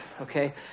Okay